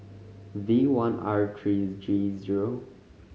V one R three G zero